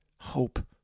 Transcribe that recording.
hope